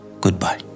goodbye